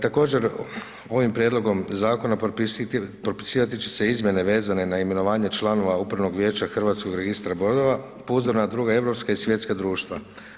Također ovim prijedlogom zakona propisivati će se izmjene vezane na imenovanje članova upravnog vijeća HRB po uzoru na druga europska i svjetska društva.